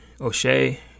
O'Shea